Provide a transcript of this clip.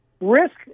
risk